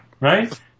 right